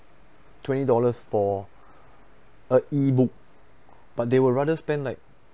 twenty dollars for a E_book but they would rather spend like